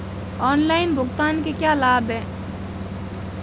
Online भुगतान के क्या लाभ हैं?